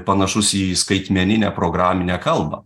panašus į skaitmeninę programinę kalbą